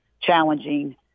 challenging